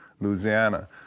Louisiana